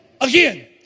again